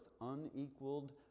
unequaled